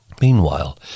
Meanwhile